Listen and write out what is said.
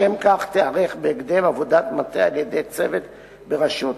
לשם כך תיערך בהקדם עבודת מטה על-ידי צוות בראשות